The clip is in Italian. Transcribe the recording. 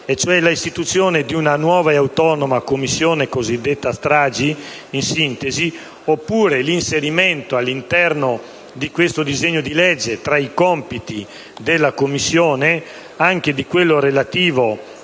e cioè l'istituzione di una nuova e autonoma Commissione cosiddetta stragi, oppure l'inserimento all'interno di questo disegno di legge, tra i compiti della Commissione, anche di quello relativo